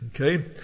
okay